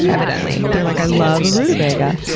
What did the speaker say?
yeah evidently. they're like, i love rutabaga!